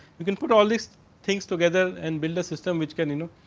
you can put all this things together and build the system, which can you know.